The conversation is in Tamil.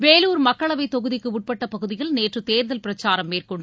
வேலூர் மக்களவைத் தொகுதிக்கு உட்பட்ட பகுதியில் நேற்று தேர்தல் பிரச்சாரம் மேற்கொண்டு